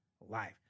life